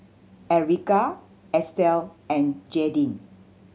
Erika Estel and Jaidyn